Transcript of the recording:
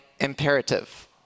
imperative